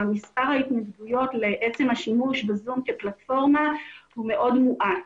מספר ההתנגדויות לעצם השימוש ב-זום כפלטפורמה הוא מאוד מועט.